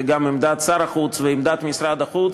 וגם עמדת שר החוץ ועמדת משרד החוץ,